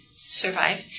survive